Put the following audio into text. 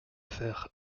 faire